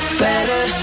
better